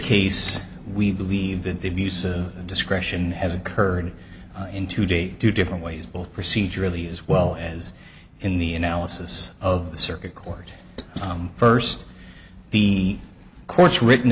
case we believe that the abuse of discretion has occurred in two days two different ways both procedurally as well as in the analysis of the circuit court first the court's written